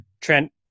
Trent